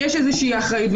יש איזושהי אחריות,